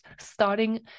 starting